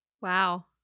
wow